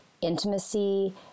intimacy